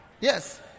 Yes